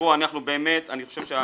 אמרתי,